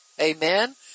Amen